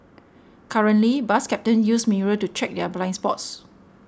currently bus captains use mirrors to check their blind spots